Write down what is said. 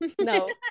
no